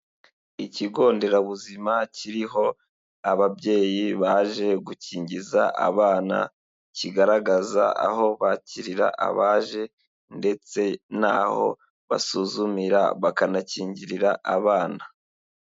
Ikigo nderabuzima kiriho ababyeyi baje gukingiza abana, kigaragaza aho bakirira abaje ndetse naho basuzumira bakanakingirira abana.